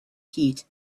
heat